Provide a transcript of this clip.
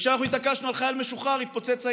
כשאנחנו התעקשנו על חייל משוחרר התפוצץ העניין.